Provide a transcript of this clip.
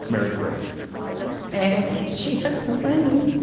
mary grace and she has no money.